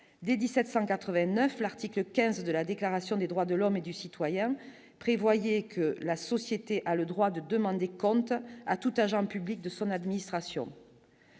dès 1789 l'article 15 de la déclaration des droits de l'homme et du citoyen, prévoyez que la société a le droit de demander compte à tout agent public de son administration